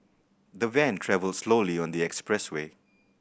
the van travelled slowly on the expressway